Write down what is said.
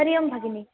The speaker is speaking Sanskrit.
हरि ओं भगिनी